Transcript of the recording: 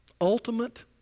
Ultimate